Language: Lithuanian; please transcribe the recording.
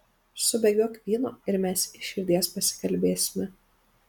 subėgiok vyno ir mes iš širdies pasikalbėsime